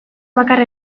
bakarra